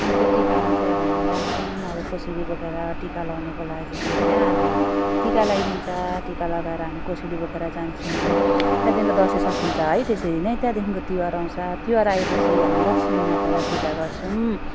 अनि त्यो टिकामा चाहिँ हामी जान्छौँ अब कोसेली बोकेर टिका लाउनुको लागि होइन अब टिका लाइदिन्छ टिका लगाएर हामी कोसेली बोकेर जान्छौँ त्यहाँदेखिको दसैँ सकिन्छ है त्यसरी नै त्यहाँदेखिको तिहार आउँछ तिहार आएपछि हामी लक्ष्मीमातालाई पूजा गर्छौँ